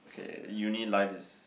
okay uni life is